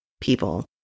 people